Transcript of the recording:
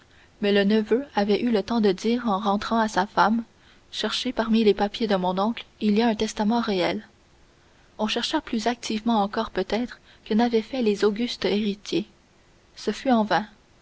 mais le neveu avait eu le temps de dire en rentrant à sa femme cherchez parmi les papiers de mon oncle il y a un testament réel on chercha plus activement encore peut-être que n'avaient fait les augustes héritiers ce fut en vain